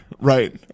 right